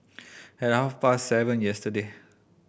at half past seven yesterday